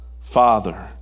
father